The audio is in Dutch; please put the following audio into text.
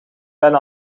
ben